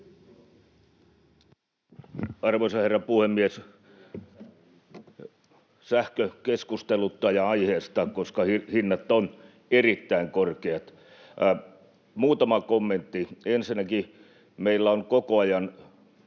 Arvoisa herra puhemies! Sähkö keskusteluttaa ja aiheesta, koska hinnat ovat erittäin korkeat. Muutama kommentti. Ensinnäkin meillä on koko ajan